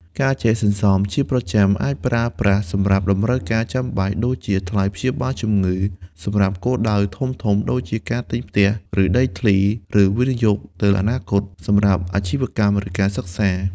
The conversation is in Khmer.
ការចេះសន្សំជាប្រចាំ អាចប្រើប្រាស់សម្រាប់តម្រូវការចាំបាច់ ដូចជាថ្លៃព្យាបាលជំងឺសម្រាប់គោលដៅធំៗដូចជាការទិញផ្ទះ ឬដីធ្លី ឬវិនិយោគទៅអនាគត សម្រាប់អាជីវកម្ម ឬការសិក្សា។